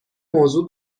موضوع